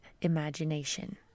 Imagination